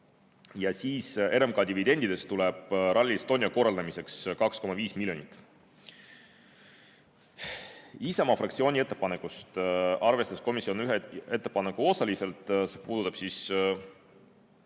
RMK dividendidest tuleb Rally Estonia korraldamiseks 2,5 miljonit. Isamaa fraktsiooni ettepanekutest arvestas komisjon ühte ettepanekut osaliselt, see puudutab sedasama